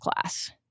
class